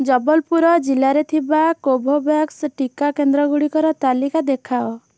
ଜବଲ୍ପୁର ଜିଲ୍ଲାରେ ଥିବା କୋଭୋଭ୍ୟାକ୍ସ ଟିକା କେନ୍ଦ୍ରଗୁଡ଼ିକର ତାଲିକା ଦେଖାଅ